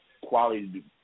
quality